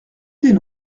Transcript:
des